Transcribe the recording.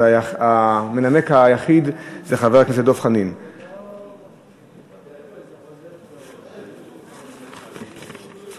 המנמק היחיד הוא חבר הכנסת דב